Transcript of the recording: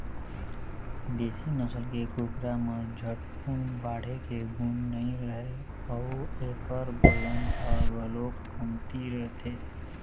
देशी नसल के कुकरा म झटकुन बाढ़े के गुन नइ रहय अउ एखर बजन ह घलोक कमती रहिथे